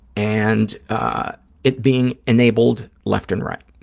and ah it being enabled left and right.